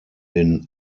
den